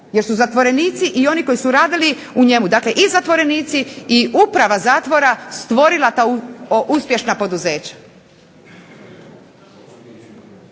jer su zatvorenici i oni koji su radili u njemu, i zatvorenici i uprava zatvora stvorila ta uspješna poduzeća.